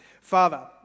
Father